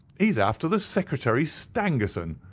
he is after the secretary stangerson,